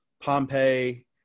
Pompeii